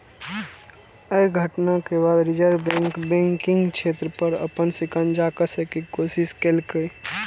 अय घटना के बाद रिजर्व बैंक बैंकिंग क्षेत्र पर अपन शिकंजा कसै के कोशिश केलकै